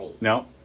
no